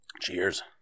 Cheers